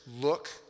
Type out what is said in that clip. look